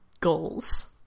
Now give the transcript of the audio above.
goals